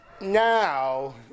now